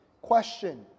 Question